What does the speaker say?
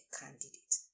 candidate